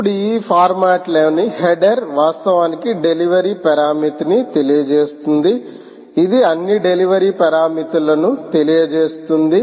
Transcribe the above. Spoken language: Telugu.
ఇప్పుడు ఈ ఫార్మాట్లోని హెడర్ వాస్తవానికి డెలివరీ పారామితిని తెలియజేస్తుంది ఇది అన్ని డెలివరీ పారామితులను తెలియజేస్తుంది